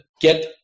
get